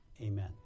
Amen